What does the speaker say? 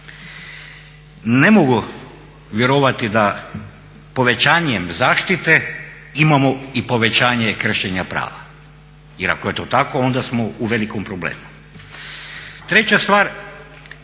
Ne mogu vjerovati da povećanjem zaštite imamo i povećanje kršenja prava. Jer ako je to tako onda smo u velikom problemu. Treća stvar,